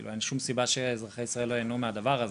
כלומר אין שום סיבה שאזרחי ישראל לא יהנו מהדבר הזה.